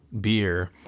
beer